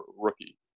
rookie